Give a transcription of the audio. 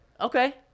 Okay